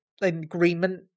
agreement